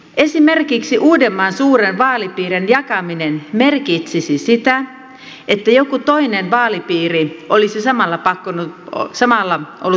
esimerkiksi uudenmaan suuren vaalipiirin jakaminen merkitsisi sitä että joku toinen vaalipiiri olisi samalla ollut pakko yhdistää